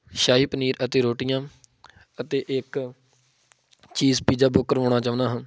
ਸ਼ਾਹੀ ਪਨੀਰ ਅਤੇ ਰੋਟੀਆਂ ਅਤੇ ਇੱਕ ਚੀਜ਼ ਪੀਜ਼ਾ ਬੁੱਕ ਕਰਵਾਉਣਾ ਚਾਹੁੰਦਾ ਹਾਂ